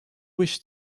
wish